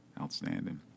Outstanding